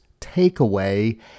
takeaway